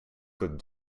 could